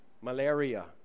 malaria